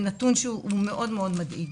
זה נתון שהוא מאוד מאוד מדאיג.